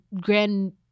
grand